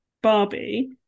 Barbie